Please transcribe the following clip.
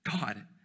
God